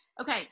Okay